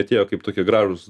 atėjo kaip tokie gražūs